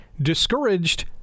discouraged